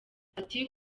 ati